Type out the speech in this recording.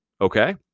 Okay